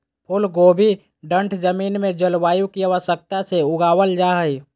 फूल कोबी ठंड जमीन में जलवायु की आवश्यकता से उगाबल जा हइ